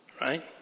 Right